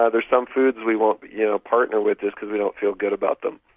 ah there's some foods we won't yeah partner with just because we don't feel good about them.